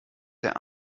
der